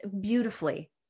beautifully